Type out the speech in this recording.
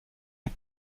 est